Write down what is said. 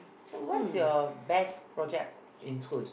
so what is your best project in school